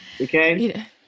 Okay